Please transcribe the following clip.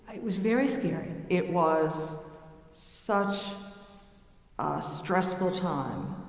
it was very scary. it was such a stressful time,